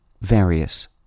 various